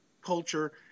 culture